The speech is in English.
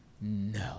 No